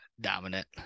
dominant